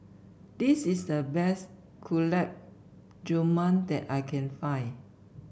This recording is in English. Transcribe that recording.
this is the best Gulab Jamun that I can find